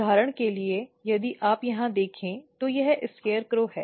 उदाहरण के लिए यदि आप यहां देखें तो यह SCARECROW है